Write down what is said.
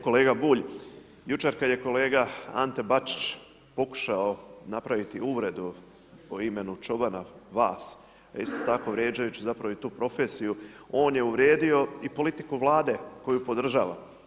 Kolega Bulj, jučer kad je kolega Ante Bačić pokušao napraviti uvredu po imenu čobana, vas, a isto vrijeđajući zapravo i tu profesiju, on je uvrijedio i politiku Vlade koju podržava.